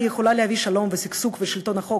יכולה להביא שלום ושגשוג ושלטון החוק,